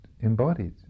embodied